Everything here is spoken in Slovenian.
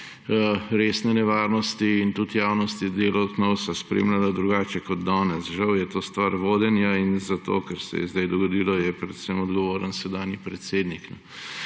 resne nevarnosti in tudi javnost je delo od Knovsa spremljala drugače kot danes. Žal je to stvar vodenja in za to, kar se je zdaj zgodilo, je predvsem odgovoren sedanji predsednik.